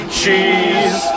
cheese